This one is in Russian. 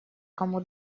кому